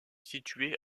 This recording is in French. situé